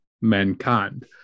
mankind